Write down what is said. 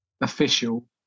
official